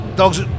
Dogs